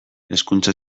hezkuntza